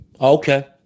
Okay